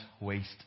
waste